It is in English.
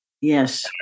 Yes